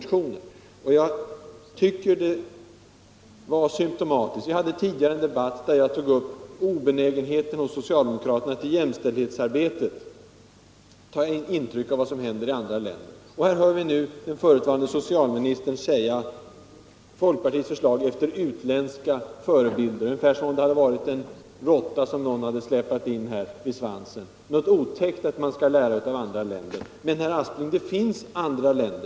Tidigare i debatten drog jag upp obenägenheten hos socialdemokraterna att i jämställdhetsarbetet ta intryck av vad som händer i andra länder. Nu hör vi den förutvarande socialministern tala om folkpartiets förslag efter ”utländska förebilder”, ungefär som om det hade varit en råtta som någon släpat in vid svansen. Det låter som om det vore otäckt att lära av andra länder.